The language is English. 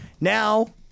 Now